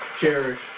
cherish